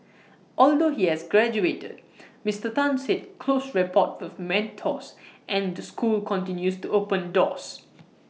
although he has graduated Mister Tan said close rapport with mentors and the school continues to open doors